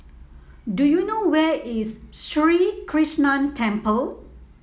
do you know where is Sri Krishnan Temple